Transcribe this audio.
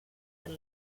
del